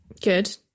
Good